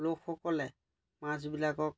লোকসকলে মাছবিলাকক